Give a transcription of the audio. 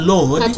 Lord